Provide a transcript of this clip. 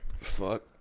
Fuck